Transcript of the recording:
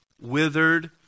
withered